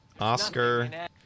oscar